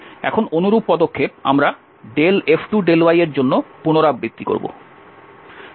এখন অনুরূপ পদক্ষেপ আমরা F2∂y এর জন্য পুনরাবৃত্তি করব